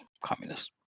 communist